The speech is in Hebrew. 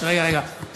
רגע, רגע.